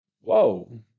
whoa